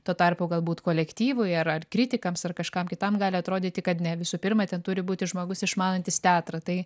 tuo tarpu galbūt kolektyvui ar ar kritikams ar kažkam kitam gali atrodyti kad ne visų pirma ten turi būti žmogus išmanantis teatrą tai